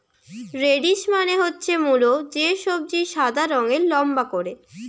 radish মানে হচ্ছে মুলো, যে সবজি সাদা রঙের লম্বা করে